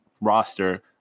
roster –